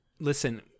listen